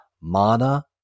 mana –